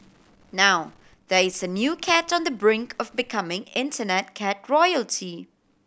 now there is a new cat on the brink of becoming Internet cat royalty